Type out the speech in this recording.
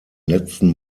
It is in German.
letzten